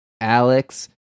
Alex